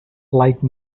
like